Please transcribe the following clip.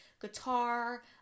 guitar